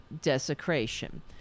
desecration